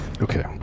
Okay